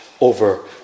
over